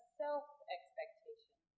self-expectation